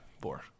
Four